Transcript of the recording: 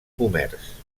comerç